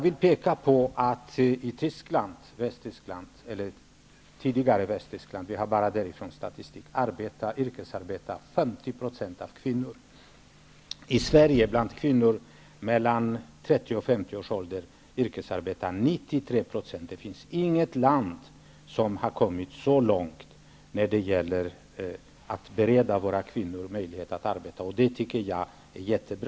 I f.d. Västtyskland -- vi har bara statistik från den delen av Tyskland -- yrkesarbetar 50 % av kvinnorna. I Sverige yrkesarbetar 93 % av kvinnorna i 30--50årsåldern. Inte i något annat land har man kommit så långt när det gäller att bereda kvinnorna möjligheter att arbeta. Jag tycker att det är mycket bra att vi har kommit så långt.